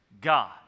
God